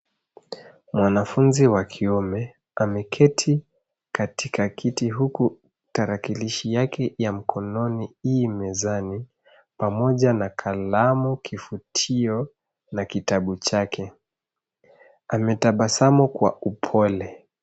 Mwanafunzi wa kiume ameketi katika kiti huku tarakilishi yake ya mkononi i mezani pamoja na kalamu, kifutio na kitabu chake. Ametabasamu kwa upole.